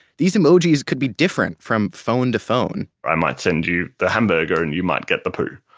these emojis could be different from phone to phone i might send you the hamburger and you might get the poo